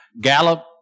Gallup